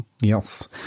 yes